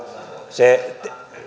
se